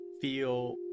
feel